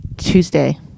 Tuesday